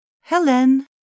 Helen